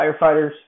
firefighters